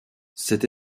cette